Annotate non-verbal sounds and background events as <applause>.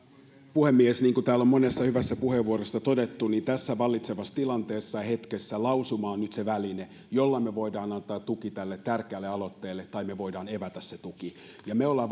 puhemies niin kuin täällä on monessa hyvässä puheenvuorossa todettu tässä vallitsevassa tilanteessa ja hetkessä lausuma on nyt se väline jolla me voimme antaa tuen tälle tärkeälle aloitteelle tai jolla me voimme evätä sen tuen ja me olemme <unintelligible>